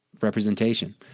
representation